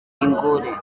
ingore